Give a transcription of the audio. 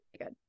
good